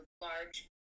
large